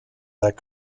that